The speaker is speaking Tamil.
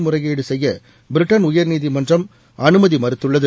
முறையீடு செய்ய பிரிட்டன் உயர்நீதிமன்றம் அனுமதி மறுத்துள்ளது